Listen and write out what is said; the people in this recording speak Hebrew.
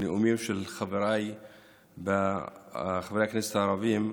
בנאומים של חבריי חברי הכנסת הערבים,